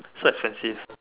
so expensive